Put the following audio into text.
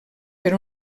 per